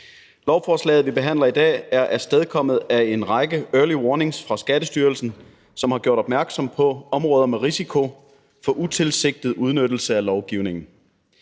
Lovforslaget, vi behandler i dag, er afstedkommet af en række early warnings fra Skattestyrelsen, som har gjort opmærksom på områder med risiko for utilsigtet udnyttelse af lovgivningen.